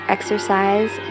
Exercise